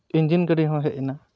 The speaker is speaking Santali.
ᱤᱧᱡᱤᱱ ᱜᱟᱹᱰᱤ ᱦᱚᱸ ᱦᱮᱡ ᱮᱱᱟ